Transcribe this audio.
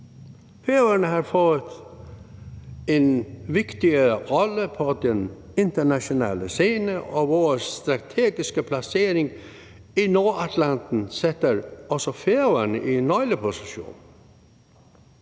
Færøerne har fået en vigtig rolle på den internationale scene, og vores strategiske placering i Nordatlanten sætter også Færøerne i en nøgleposition.